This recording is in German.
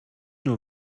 nur